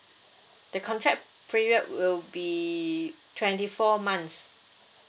the contract period will be twenty four months